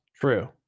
True